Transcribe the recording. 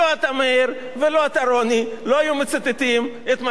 לא היו מצטטים את מתן וילנאי מנחום ברנע.